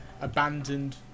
abandoned